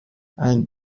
and